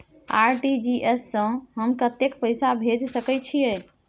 RTG S स हम कत्ते पैसा भेज सकै छीयै?